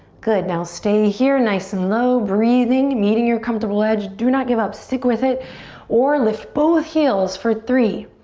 good, now stay here nice and low. breathing, meeting your comfortable edge. do not give up. stick with it or lift both heels for three.